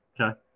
Okay